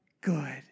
good